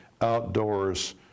outdoors